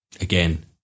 again